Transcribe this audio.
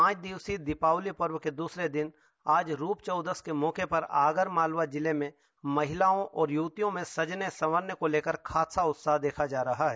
पाँच दिवसीय दीपावली पर्व के दुसरे दिन आज रूप चौदस के मौके पर आगरमालवा जिले में महिलाओं और युवतियों में सजने संवरने को लेकर खासा उत्साह देखा जा रहा हैं